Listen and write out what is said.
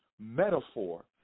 metaphor